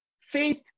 faith